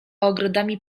ogrodami